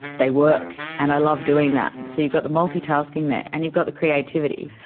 they work, and i love doing that. so you've got the multitasking there and you've got the creativity.